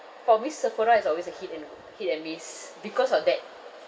for me Sephora is always a hit and hit and miss because of that